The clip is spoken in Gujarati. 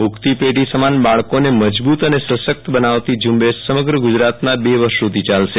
ઉગતી પેઢી સમાન બાળકોને મજબુત અને સશક્ત બનાવતી ઝુંબેશ સમગ્ર ગુજરાતમાં બે વર્ષ સુધી ચાલશે